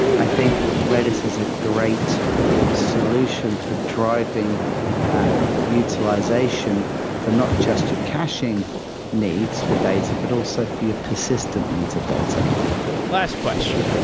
i think redis is a great solution for driving that utilization for not just your caching needs for data, but also feel persistent needs of data last question.